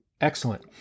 Excellent